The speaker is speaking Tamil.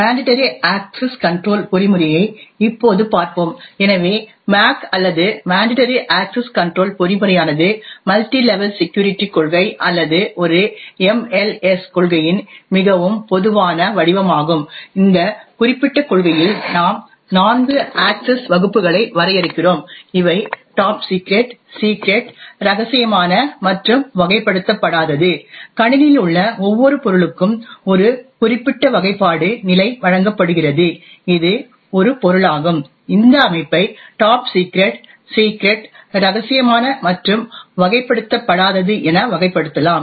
மேன்டடரி அக்சஸ் கன்ட்ரோல் பொறிமுறையை இப்போது பார்ப்போம் எனவே MAC அல்லது மேன்டடரி அக்சஸ் கன்ட்ரோல் பொறிமுறையானது மல்டி லெவல் செக்யூரிடி கொள்கை அல்லது ஒரு MLS கொள்கையின் மிகவும் பொதுவான வடிவமாகும் இந்த குறிப்பிட்ட கொள்கையில் நாம் நான்கு அக்சஸ் வகுப்புகளை வரையறுக்கிறோம் இவை டாப் சிக்ரெட் சிக்ரெட் இரகசியமான மற்றும் வகைப்படுத்தப்படாதது கணினியில் உள்ள ஒவ்வொரு பொருளுக்கும் ஒரு குறிப்பிட்ட வகைப்பாடு நிலை வழங்கப்படுகிறது இது ஒரு பொருளாகும் இந்த அமைப்பை டாப் சிக்ரெட் சிக்ரெட் இரகசியமான மற்றும் வகைப்படுத்தப்படாதது என வகைப்படுத்தலாம்